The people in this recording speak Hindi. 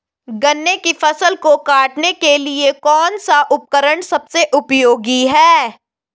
गन्ने की फसल को काटने के लिए कौन सा उपकरण सबसे उपयोगी है?